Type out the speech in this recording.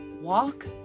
Walk